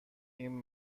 این